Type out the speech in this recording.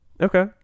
Okay